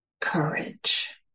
Courage